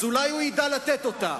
אז אולי הוא ידע לתת אותו.